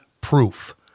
proof